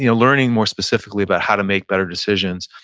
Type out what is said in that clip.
you know learning more specifically about how to make better decisions,